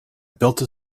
built